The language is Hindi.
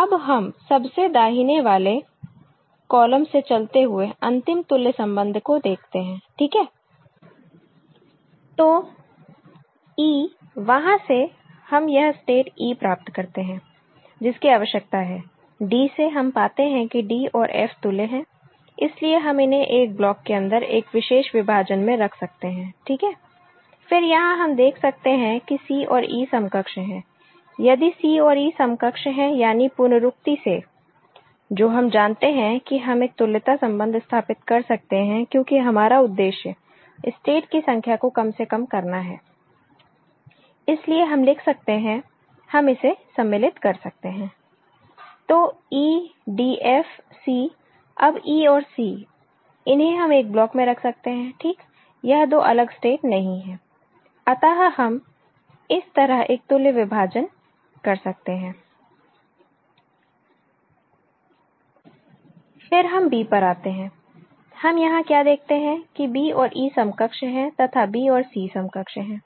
अब हम सबसे दाहिने वाले कॉलम से चलते हुए अंतिम तुल्य संबंध को देखते हैं ठीक है तो e वहां से हम यह स्टेट e प्राप्त करते हैं जिसकी आवश्यकता है d से हम पाते हैं कि d और f तुल्य हैं इसलिए हम इन्हें एक ब्लॉक के अंदर एक विशेष विभाजन में रख सकते हैं ठीक है फिर यहां हम देख सकते हैं कि c और e समकक्ष है यदि c और e समकक्ष हैयानी पुनरुक्ति से जो हम जानते हैं कि हम एक तुल्यता संबंध स्थापित कर सकते हैं क्योंकि हमारा उद्देश्य स्टेट की संख्या को कम से कम करना है इसलिए हम लिख सकते हैं हम इसे सम्मिलित कर सकते हैं तो e df c अब e और c इन्हें हम एक ब्लॉक में रख सकते हैं ठीक यह दो अलग स्टेट नहीं है अतः हम इस तरह एक तुल्य विभाजन कर सकते हैं फिर हम b पर आते हैं हम यहां क्या देखते हैं कि b और e समकक्ष है तथा b और c समकक्ष है